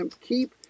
keep